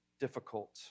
difficult